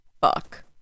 fuck